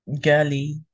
girly